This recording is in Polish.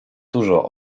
dużo